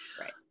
Right